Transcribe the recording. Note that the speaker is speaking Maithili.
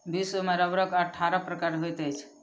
विश्व में रबड़क अट्ठारह प्रकार होइत अछि